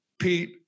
Pete